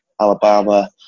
Alabama